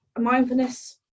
mindfulness